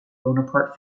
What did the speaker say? bonaparte